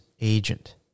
agent